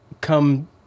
come –